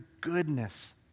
goodness